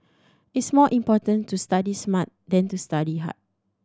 it is more important to study smart than to study hard